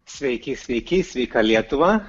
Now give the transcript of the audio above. sveiki sveiki sveika lietuva